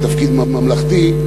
בתפקיד ממלכתי,